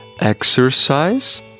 exercise